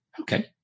Okay